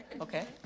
Okay